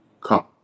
come